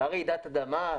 הייתה רעידת אדמה,